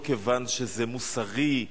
לא כיוון שזה מוסרי,